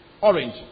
orange